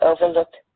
overlooked